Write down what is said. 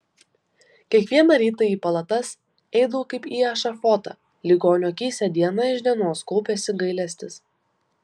kiekvieną rytą į palatas eidavau kaip į ešafotą ligonių akyse diena iš dienos kaupėsi gailestis